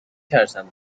ترسم